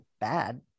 bad